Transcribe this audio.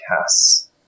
casts